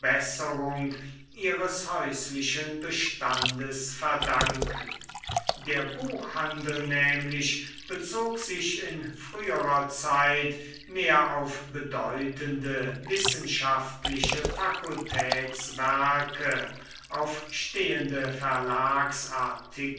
ihres häuslichen bestandes verdanken der buchhandel nämlich bezog sich in früherer zeit mehr auf bedeutende wissenschaftliche fakultätswerke auf stehende